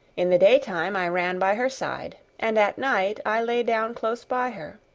in the daytime i ran by her side, and at night i lay down close by her.